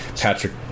Patrick